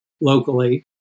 locally